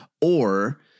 or-